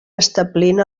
establint